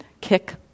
kick